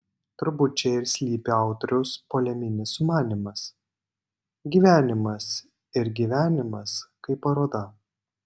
turbūt čia ir slypi autoriaus poleminis sumanymas gyvenimas ir gyvenimas kaip paroda